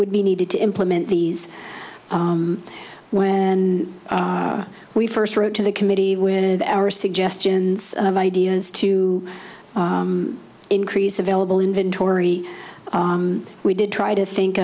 would be needed to implement these when we first wrote to the committee with our suggestions of ideas to increase available inventory we did try to think